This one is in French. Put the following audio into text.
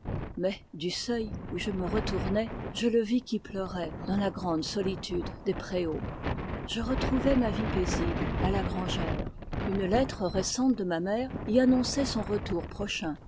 mais du seuil où je me retournai je le vis qui pleurait dans la grande solitude des préaux je retrouvai ma vie paisible à la grangère une lettre récente de ma mère y annonçait son retour prochain